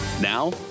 Now